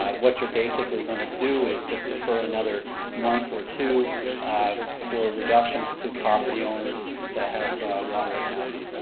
what you're basically going to do is just defer another month or two for reductions to property owners that have water accounts.